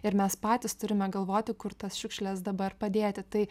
ir mes patys turime galvoti kur tas šiukšles dabar padėti tai